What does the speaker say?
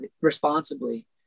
responsibly